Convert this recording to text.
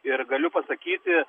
ir galiu pasakyti